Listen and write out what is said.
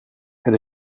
het